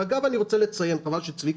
אגב, אני רוצה לציין כאן.